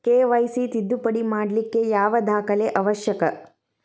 KYC ತಿದ್ದುಪಡಿ ಮಾಡ್ಲಿಕ್ಕೆ ಯಾವ ದಾಖಲೆ ಅವಶ್ಯಕ?